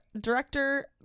director